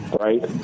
right